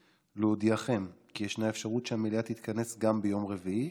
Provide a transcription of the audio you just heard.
להודיעכם שיש אפשרות שהמליאה תתכנס גם ביום רביעי,